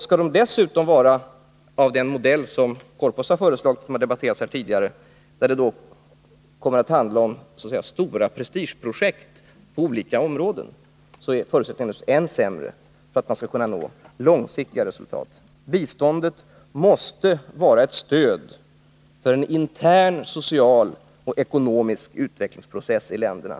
Skall de dessutom vara av den modell som Sture Korpås har föreslagit — och som har debatterats här tidigare — när det kommer att handla om stora prestigeprojekt på olika områden, är förutsättningen för att man skall kunna nå långsiktiga resultat naturligtvis än sämre. Biståndet måste vara ett stöd för en intern social och ekonomisk utvecklingsprocess i biståndsländerna.